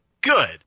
Good